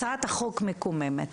הצעת החוק מקוממת,